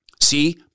See